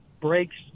breaks